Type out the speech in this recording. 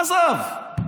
עזוב.